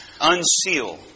unseal